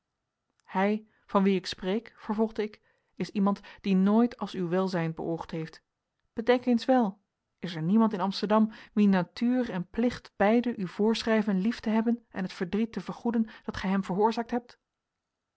hij van wien ik spreek vervolgde ik is iemand die nooit als uw welzijn beoogd heeft bedenk eens wel is er niemand in amsterdam wien natuur en plicht beide u voorschrijven lief te hebben en het verdriet te vergoeden dat gij hem veroorzaakt hebt